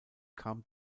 kam